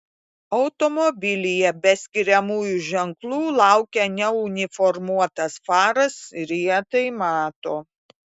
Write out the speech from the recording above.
automobilyje be skiriamųjų ženklų laukia neuniformuotas faras ir jie tai mato